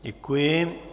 Děkuji.